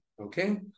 Okay